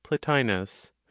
Plotinus